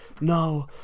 no